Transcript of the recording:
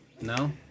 no